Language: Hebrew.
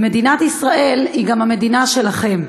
ומדינת ישראל היא גם המדינה שלכם.